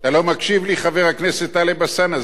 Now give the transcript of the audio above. אתה לא מקשיב לי, חבר הכנסת טלב אלסאנע?